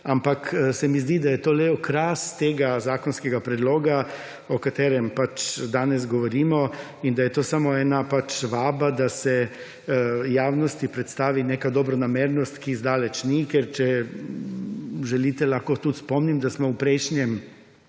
Ampak se mi zdi, da je to le okras tega zakonskega predloga, o katerem pač danes govorimo, in da je to samo ena pač vaba, da se javnosti predstavi neka dobronamernost, ki zdaleč ni. Ker če želite, lahko tudi spomnim, da smo v prejšnjem